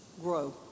grow